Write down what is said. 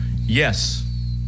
Yes